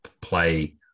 play